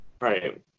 Right